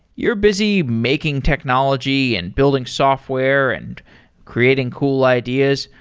you're busy making technology, and building software, and creating cool ideas,